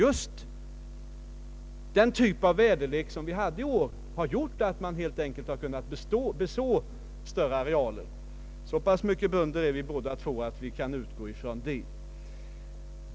Just den typ av väderlek som vi har haft i år har medfört att man helt enkelt har kunnat beså större arealer. Så pass mycket bönder är vi båda två att vi kan utgå från det.